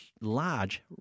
large